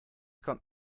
kommt